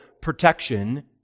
protection